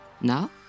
now